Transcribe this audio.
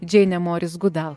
džeinė moris gudal